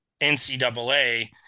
NCAA